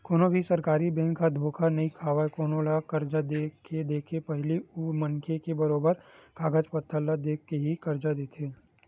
कोनो भी सरकारी बेंक ह धोखा नइ खावय कोनो ल करजा के देके पहिली मनखे के बरोबर कागज पतर ल देख के ही करजा देथे